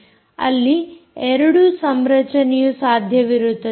ಅಲ್ಲಿ 3 ಸಂರಚನೆಯು ಸಾಧ್ಯವಿರುತ್ತದೆ